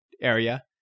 area